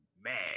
mad